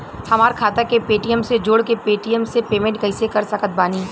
हमार खाता के पेटीएम से जोड़ के पेटीएम से पेमेंट कइसे कर सकत बानी?